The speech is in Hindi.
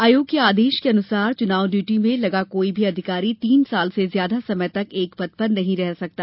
आयोग के आदेश के अनुसार चुनाव ड्यूटी में लगा कोई भी अधिकारी तीन साल से ज्यादा समय तक एक पद पर नहीं रह सकता